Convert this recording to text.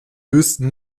lösten